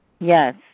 Yes